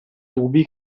tubi